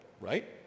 right